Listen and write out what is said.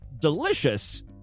delicious